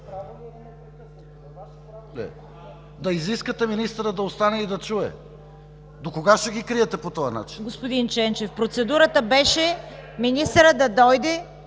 да изискате министърът да остане и да чуе. Докога ще го криете по този начин?